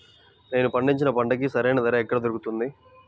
నేను పండించిన పంటకి సరైన ధర ఎక్కడ దొరుకుతుంది?